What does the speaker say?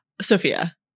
Sophia